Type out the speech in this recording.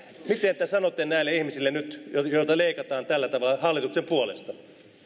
mitä te sanotte nyt näille ihmisille joilta leikataan tällä tavalla hallituksen puolesta